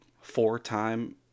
four-time